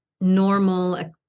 normal